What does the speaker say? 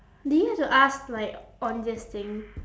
do you have to ask like on this thing